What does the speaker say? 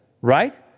right